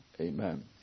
Amen